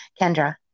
Kendra